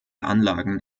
anlagen